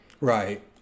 Right